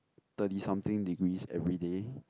thirty something degrees everyday